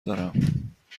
دارم